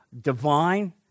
divine